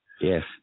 Yes